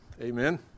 Amen